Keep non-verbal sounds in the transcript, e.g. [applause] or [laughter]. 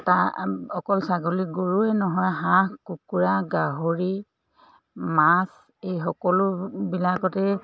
[unintelligible] অকল ছাগলীক গৰুৱে নহয় হাঁহ কুকুৰা গাহৰি মাছ এই সকলোবিলাকতেই